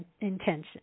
intention